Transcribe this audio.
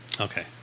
Okay